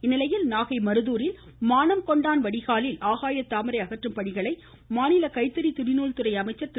இந்நிலையில் நாகை மருதூரில் மானம்கொண்டான் வடிகாலில் ஆகாயத்தாமரை அகற்றும் பணிகளை மாநில கைத்தறி துணி நூல் துறை அமைச்சர் திரு